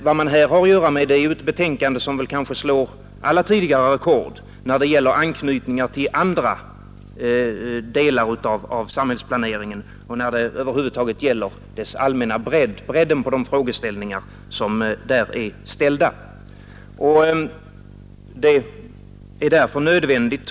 Vad man här har att göra med är ett betänkande som kanske slår alla tidigare rekord när det gäller anknytningar till andra delar av samhällsplaneringen och när det över huvud taget gäller den allmänna bredden på de frågeställningar som där är upptagna.